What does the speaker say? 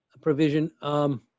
provision